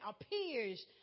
appears